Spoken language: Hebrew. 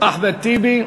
אחמד טיבי,